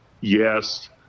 Yes